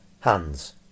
Hands